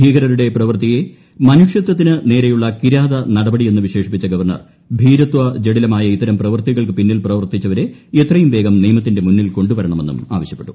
ഭീകരരുടെ പ്രവൃത്തിയെ മനുഷൃത്വത്തിന് നേരെയുള്ള കിരാത നടപടിയെന്ന് വിശേഷിപ്പിച്ച ഗവർണ്ണർ ഭീരുത്വ ജടിലമായ ഇത്തരം പ്രവൃത്തികൾക്ക് പിന്നിൽ പ്രവർത്തിച്ചവരെ എത്രയും വേഗം നിയമത്തിന്റെ മുന്നിൽ കൊണ്ടു വരണമെന്നും ആവശ്യപ്പെട്ടു